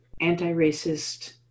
anti-racist